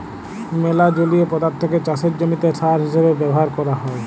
ম্যালা জলীয় পদাথ্থকে চাষের জমিতে সার হিসেবে ব্যাভার ক্যরা হ্যয়